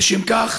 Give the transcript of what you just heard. משום כך